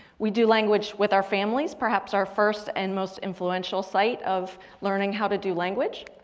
we do language with our families, perhaps our first and most influential site of learning how to do language.